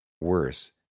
Worse